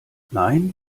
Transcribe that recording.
nein